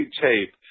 tape